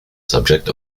subject